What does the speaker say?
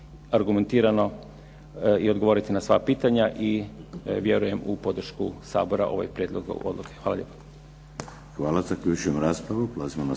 argumentirano i odgovoriti na sva pitanja. I vjerujem u podršku Sabora ove prijedloge odluke. **Šeks,